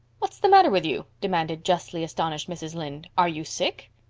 what's the matter with you? demanded justly astonished mrs. lynde. are you sick?